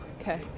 okay